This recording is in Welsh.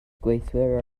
gweithiwr